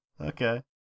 Okay